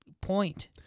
point